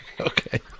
Okay